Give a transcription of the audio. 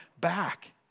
back